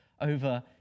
over